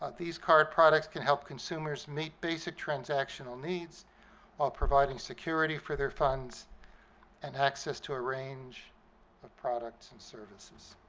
ah these card products can help consumers meet basic transactional needs while providing security for their funds and access to a range of products and services.